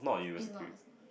is not is not